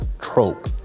trope